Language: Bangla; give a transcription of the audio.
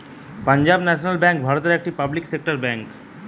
পাঞ্জাব ন্যাশনাল বেঙ্ক ভারতের একটি পাবলিক সেক্টর বেঙ্ক